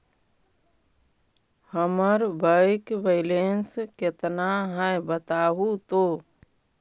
हमर bank balance केतना है बताहु तो?